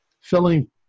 filling